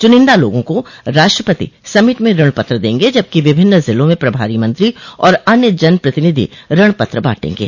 च्रनिंदा लोगों को राष्ट्रपति समिट में ऋण पत्र देंगे जबकि विभिन्न जिलों में प्रभारी मंत्री और अन्य जनप्रतिनिधि ऋण पत्र बांटेंगे